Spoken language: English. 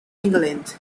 england